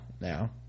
now